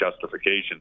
justification